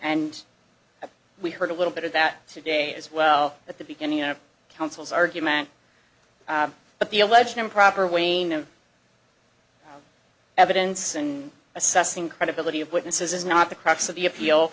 and we heard a little bit of that today as well at the beginning of counsel's argument but the alleged improper weighing of evidence and assessing credibility of witnesses is not the crux of the appeal